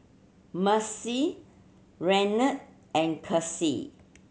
Macie Renard and Casie